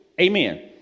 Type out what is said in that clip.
Amen